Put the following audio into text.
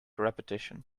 repetition